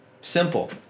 Simple